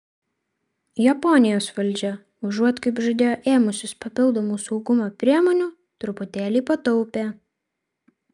japonijos valdžia užuot kaip žadėjo ėmusis papildomų saugumo priemonių truputėlį pataupė